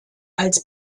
als